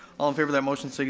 all in favor of that motion, so